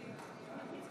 יעקב